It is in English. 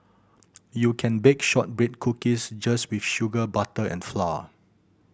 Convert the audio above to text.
you can bake shortbread cookies just with sugar butter and flour